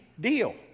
deal